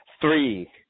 three